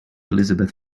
elizabeth